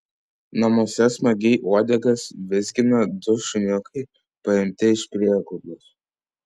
namuose smagiai uodegas vizgina du šuniukai paimti iš prieglaudos